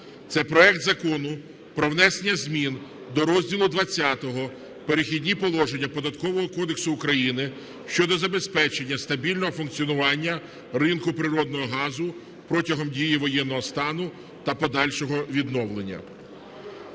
Це проект Закону про внесення змін до розділу ХХ "Перехідні положення" Податкового кодексу України щодо забезпечення стабільного функціонування ринку природного газу протягом дії воєнного стану та подальшого відновлення.